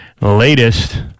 Latest